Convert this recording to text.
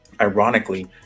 ironically